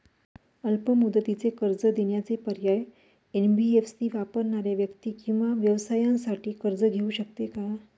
अल्प मुदतीचे कर्ज देण्याचे पर्याय, एन.बी.एफ.सी वापरणाऱ्या व्यक्ती किंवा व्यवसायांसाठी कर्ज घेऊ शकते का?